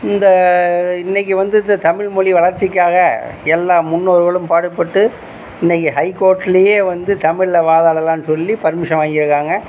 இந்த இன்றைக்கு வந்து இந்த தமிழ் மொழி வளர்ச்சிக்காக எல்லா முன்னோர்களும் பாடுபட்டு இன்றைக்கு ஹைகோர்ட்டிலியே வந்து தமிழில் வாதாடலாம்ன்னு சொல்லி பர்மிஷன் வாங்கிருக்காங்க